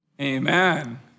Amen